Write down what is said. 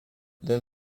then